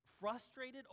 frustrated